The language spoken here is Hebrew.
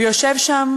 ויושב שם